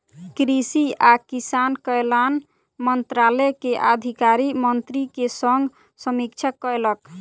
कृषि आ किसान कल्याण मंत्रालय के अधिकारी मंत्री के संग समीक्षा कयलक